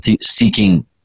seeking